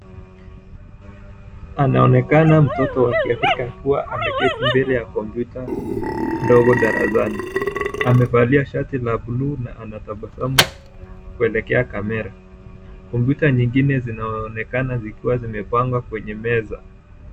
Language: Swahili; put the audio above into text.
Anaonekana mtoto wa kiafrika akiwa ameketi mbele ya komputa ndogo darasani amevalia shati la bluu na ana tabasamu kuelekea kamera. Komputa nyingine zinaonekana zikiwa zimepangwa kwenye meza.